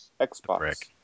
Xbox